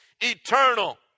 eternal